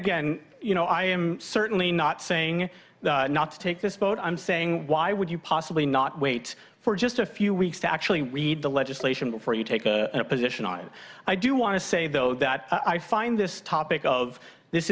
again you know i am certainly not saying not to take this vote on i'm saying why would you possibly not wait for just a few weeks to actually read the legislation before you take a position on i do want to say though that i find this topic of this